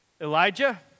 Elijah